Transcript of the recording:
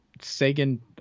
Sagan